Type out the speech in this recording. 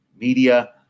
media